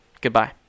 goodbye